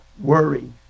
worry